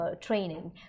training